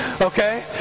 okay